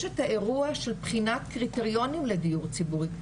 את האירוע של בחינת קריטריונים לדיור ציבורי,